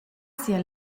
sia